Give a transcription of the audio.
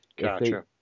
Gotcha